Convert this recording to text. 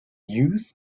youth